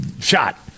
shot